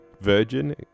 Virgin